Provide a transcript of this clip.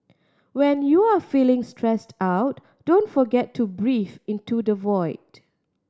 when you are feeling stressed out don't forget to breathe into the void